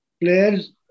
players